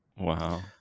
wow